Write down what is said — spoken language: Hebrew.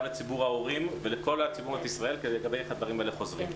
גם לציבור המורים ולכל הציבור בישראל כדי לוודא שהדברים האלה חוזרים.